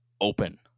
open